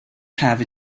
have